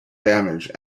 damage